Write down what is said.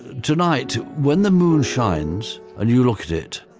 tonight when the moon shines and you look at it,